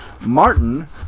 Martin